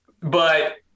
but-